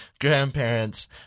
grandparents